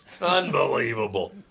Unbelievable